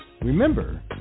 Remember